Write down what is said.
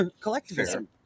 collectivism